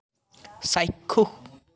চাক্ষুষ